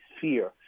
fear